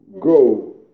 go